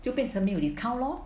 就变成没有 discount lor